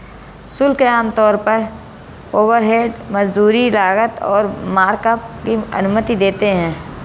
शुल्क आमतौर पर ओवरहेड, मजदूरी, लागत और मार्कअप की अनुमति देते हैं